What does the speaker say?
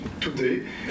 today